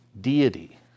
deity